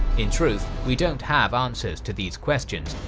in truth, we don't have answers to these questions,